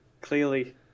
Clearly